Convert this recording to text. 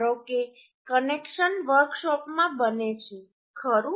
ધારો કે કનેક્શન વર્કશોપમાં બને છે ખરું